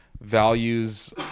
values